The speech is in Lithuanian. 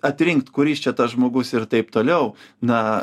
atrinkt kuris čia tas žmogus ir taip toliau na